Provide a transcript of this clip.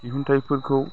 दिहुन्थाइफोरखौ